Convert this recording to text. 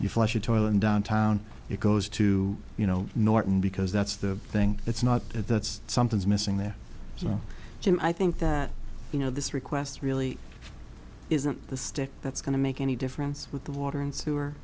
you flush a toilet in downtown it goes to you know norton because that's the thing that's not that's something's missing there so i think that you know this request really isn't the stick that's going to make any difference with the water and sewer